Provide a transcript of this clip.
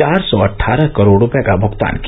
चार सौ अटठारह करोड़ रुपये का भुगतान किया